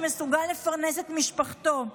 שמסוגל לפרנס את משפחתו.